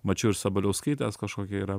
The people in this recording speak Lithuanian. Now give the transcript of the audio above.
mačiau ir sabaliauskaitės kažkokia yra